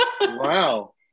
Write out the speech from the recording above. Wow